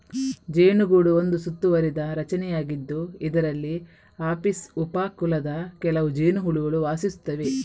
ಜೇನುಗೂಡು ಒಂದು ಸುತ್ತುವರಿದ ರಚನೆಯಾಗಿದ್ದು, ಇದರಲ್ಲಿ ಅಪಿಸ್ ಉಪ ಕುಲದ ಕೆಲವು ಜೇನುಹುಳುಗಳು ವಾಸಿಸುತ್ತವೆ